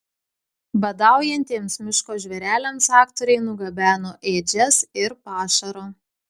badaujantiems miško žvėreliams aktoriai nugabeno ėdžias ir pašaro